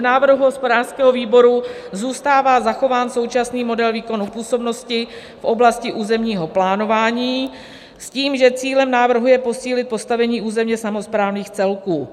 V návrhu hospodářského výboru zůstává zachován současný model výkonu působnosti v oblasti územního plánování s tím, že cílem návrhu je posílit postavení územně samosprávných celků.